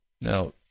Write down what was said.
Now